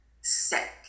sick